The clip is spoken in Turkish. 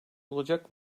olacak